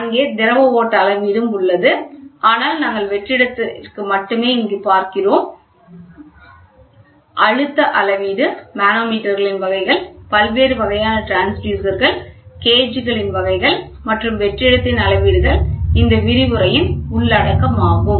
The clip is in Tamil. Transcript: அங்கே திரவ ஓட்ட அளவீடும் உள்ளது ஆனால் நாங்கள் வெற்றிடத்திற்கு மட்டுமே இங்கு பார்க்கிறோம் அழுத்தம் அளவீட்டு மனோமீட்டர்களின் வகை பல்வேறு வகையான டிரான்ஸ்யூசர் கேஜ்களின் வகை மற்றும் வெற்றிடத்தின் அளவீடுகள் இந்த விரிவுரையின் உள்ளடக்கமாகும்